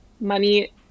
money